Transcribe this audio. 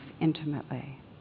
intimately